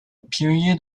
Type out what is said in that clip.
period